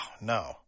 no